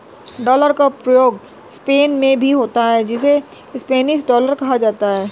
dollar का प्रयोग Spain में भी होता है जिसे स्पेनिश डॉलर कहा जाता है